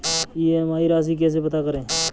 EMI राशि कैसे पता करें?